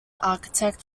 architect